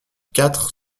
quatre